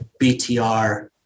BTR